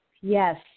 Yes